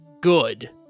good